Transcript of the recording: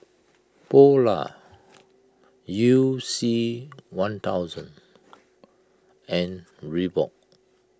Polar You C one thousand and Reebok